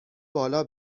بالا